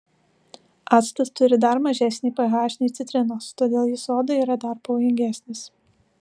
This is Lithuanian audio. actas turi dar mažesnį ph nei citrinos todėl jis odai yra dar pavojingesnis